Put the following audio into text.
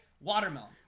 Watermelon